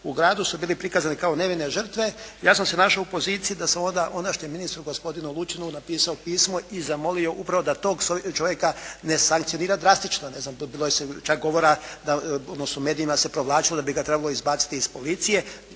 u gradu su bili prikazani kao nevine žrtve. Ja sam se našao u poziciji da sam ondašnjem ministru gospodinu Lučinu napisao pismo i zamolio upravo da tog čovjeka ne sankcionira drastično, ne znam bilo je čak govora odnosno u medijima se provlačilo da bi ga trebalo izbaciti iz policije.